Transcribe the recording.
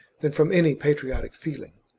than from any patriotic feeling.